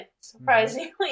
surprisingly